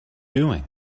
doing